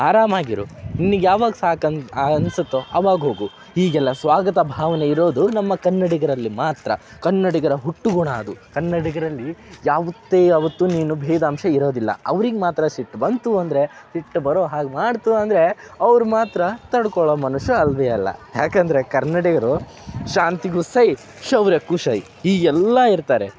ಆರಾಮಾಗಿರು ನಿನಗೆ ಯಾವಾಗ ಸಾಕಂದ್ ಅನ್ನಿಸುತ್ತೋ ಅವಾಗ ಹೋಗು ಹೀಗೆಲ್ಲ ಸ್ವಾಗತ ಭಾವನೆ ಇರೋದು ನಮ್ಮ ಕನ್ನಡಿಗರಲ್ಲಿ ಮಾತ್ರ ಕನ್ನಡಿಗರ ಹುಟ್ಟು ಗುಣ ಅದು ಕನ್ನಡಿಗರಲ್ಲಿ ಯಾವತ್ತೇ ಯಾವತ್ತು ನೀನು ಭೇದಾಂಶ ಇರೋದಿಲ್ಲ ಅವ್ರಿಗೆ ಮಾತ್ರ ಸಿಟ್ಟು ಬಂತು ಅಂದರೆ ಸಿಟ್ಟು ಬರೋ ಹಾಗೆ ಮಾಡ್ತು ಅಂದರೆ ಅವ್ರು ಮಾತ್ರ ತಡ್ಕೊಳ್ಳೋ ಮನುಷ್ಯ ಅಲ್ಲವೇ ಅಲ್ಲ ಏಕಂದ್ರೆ ಕನ್ನಡಿಗ್ರು ಶಾಂತಿಗೂ ಸೈ ಶೌರ್ಯಕ್ಕೂ ಸೈ ಹೀಗೆಲ್ಲ ಇರ್ತಾರೆ